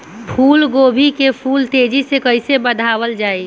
फूल गोभी के फूल तेजी से कइसे बढ़ावल जाई?